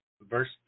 verse